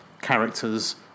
characters